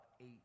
eight